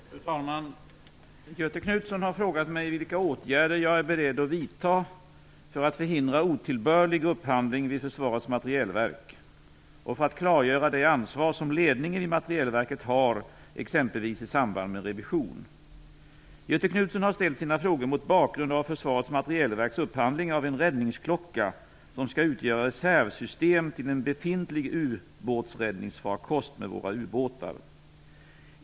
Fru talman! Göthe Knutson har frågat mig vilka åtgärder jag är beredd att vidta för att förhindra otillbörlig upphandling vid Försvarets materielverk och för att klargöra det ansvar som ledningen vid Materielverket har, exempelvis i samband med revision. Göthe Knutson har ställt sina frågor mot bakgrund av Försvarets materielverks upphandling av en räddningsklocka som skall utgöra reservsystem till en befintlig ubåtsräddningsfarkost för våra ubåtar.